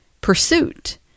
pursuit